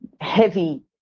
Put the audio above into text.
heavy